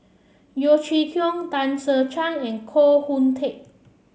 Yeo Chee Kiong Tan Che Sang and Koh Hoon Teck